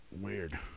weird